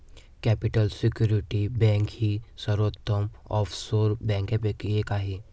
capital security bank ही सर्वोत्तम offshore बँकांपैकी एक आहे